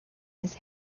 his